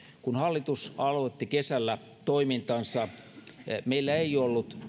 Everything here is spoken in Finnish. kun edellinen hallitus aloitti kesällä toimintansa meillä ei ollut